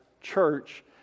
church